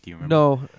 No